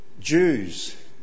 Jews